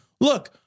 look